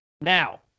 Now